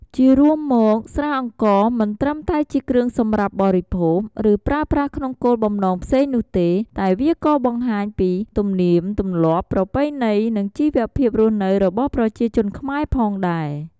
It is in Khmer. ជារួមមកស្រាអង្ករមិនត្រឹមតែជាគ្រឿងសម្រាប់បរិភោគ ឬប្រើប្រាស់ក្នុងគោលបំណងផ្សេងនោះទេ តែវាក៏បានបង្ហាញពី ទំនៀមទំម្លាប់ ប្រពៃណី និងជីវភាពរស់នៅរបស់ប្រជាជនខ្មែរផងដែរ។